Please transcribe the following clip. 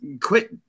Quit